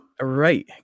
Right